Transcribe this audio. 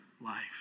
life